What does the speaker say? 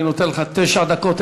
אני נותן לך תשע דקות,